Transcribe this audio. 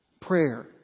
prayer